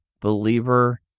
believer